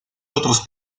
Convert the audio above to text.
otros